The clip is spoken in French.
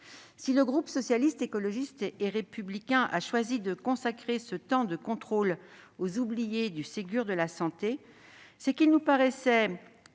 Si le groupe Socialiste, Écologiste et Républicain a choisi de consacrer cet espace de contrôle aux oubliés du Ségur de la santé, c'est qu'il lui semblait